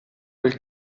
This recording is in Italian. quel